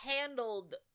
handled